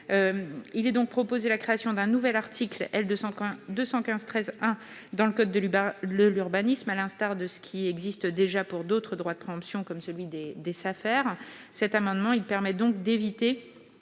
Il est donc proposé la création d'un nouvel article L. 215-13-1 dans le code de l'urbanisme, à l'instar de ce qui existe déjà pour d'autres droits de préemption, comme celui des